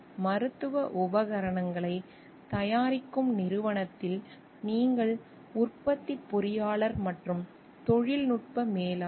மருத்துவ உபகரணங்களைத் தயாரிக்கும் நிறுவனத்தில் நீங்கள் உற்பத்திப் பொறியாளர் மற்றும் தொழில்நுட்ப மேலாளர்